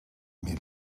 mil